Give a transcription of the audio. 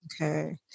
Okay